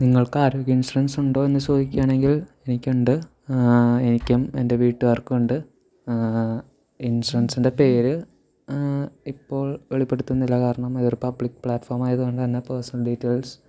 നിങ്ങൾക്ക് ആരോഗ്യ ഇൻഷുറൻസുണ്ടോ എന്ന് ചോദിക്കാണെങ്കിൽ എനിക്കുണ്ട് എനിക്കും എൻ്റെ വീട്ടുകാർക്കുമുണ്ട് ഇൻഷുറൻസിൻ്റെ പേര് ഇപ്പോൾ വെളിപ്പെടുത്തുന്നില്ല കാരണം ഇതൊരു പബ്ലിക് പ്ലാറ്റ്ഫോമായതുകൊണ്ടന്നെ പേഴ്സണൽ ഡീറ്റെയിൽസ്